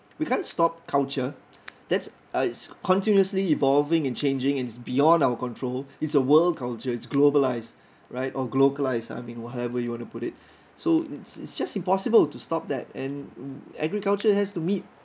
we can't stop culture that's uh it's continuously evolving and changing and is beyond our control it's a world culture it's globalised right or glocalised I mean whatever you want to put it so it's it's just impossible to stop that and agriculture has to meet